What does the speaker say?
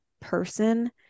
person